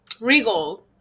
Regal